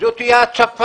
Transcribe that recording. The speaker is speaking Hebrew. זאת תהיה הצפה,